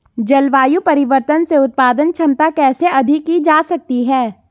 जलवायु परिवर्तन से उत्पादन क्षमता कैसे अधिक की जा सकती है?